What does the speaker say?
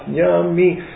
yummy